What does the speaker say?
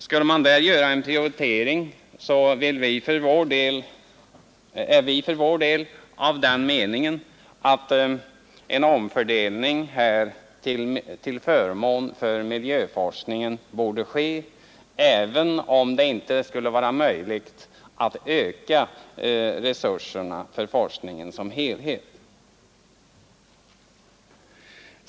Skulle man göra en prioritering, så är vi för vår del av den meningen att en omfördelning till fördel för miljöforskningen borde ske, även om det inte skulle vara möjligt att öka resurserna för forskningen som helhet.